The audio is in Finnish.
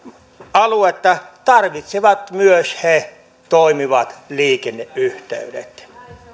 aluetta tarvitsevat myös he toimivat liikenneyhteydet